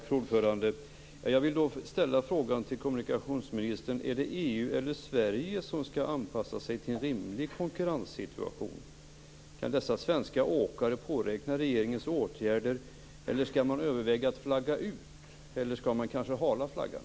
Fru talman! Jag vill ställa frågan till kommunikationsministern om ifall det är EU eller Sverige som skall anpassa sig till en rimlig konkurrenssituation. Kan dessa svenska åkare påräkna regeringens åtgärder, skall de överväga att flagga ut eller skall de kanske hala flaggan?